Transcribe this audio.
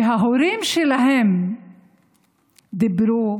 וההורים שלהם דיברו